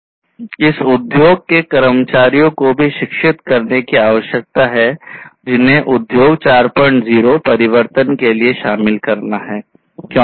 तथा इस उद्योग के कर्मचारियों को भी शिक्षित करने की आवश्यकता है जिन्हें उद्योग 40 परिवर्तन के लिए शामिल करना है